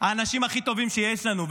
האנשים הכי טובים שיש לנו,